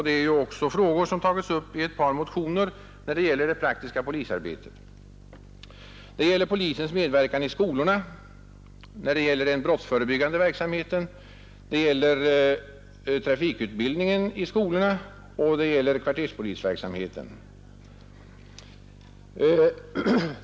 Det är också frågor som tagits upp i ett par motioner som rör det praktiska polisarbetet. Det gäller polisens medverkan i skolorna i samband med den brottsförebyggande verksamheten och trafikutbildningen, och det gäller kvarterspolisverksamheten.